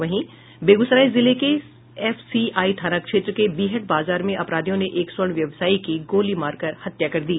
वहीं बेगूसराय जिले के एफसीआई थाना क्षेत्र के बीहट बाजार में अपराधियों ने एक स्वर्ण व्यवसायी की गोली मारकर हत्या कर दी